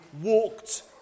walked